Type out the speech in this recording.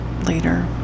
later